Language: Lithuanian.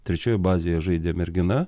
trečioj bazėje žaidė mergina